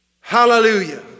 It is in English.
Hallelujah